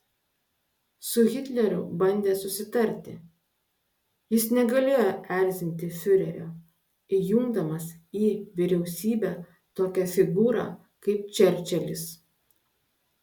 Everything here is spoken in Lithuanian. su hitleriu bandė susitarti jis negalėjo erzinti fiurerio įjungdamas į vyriausybę tokią figūrą kaip čerčilis